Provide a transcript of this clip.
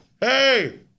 Hey